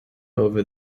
over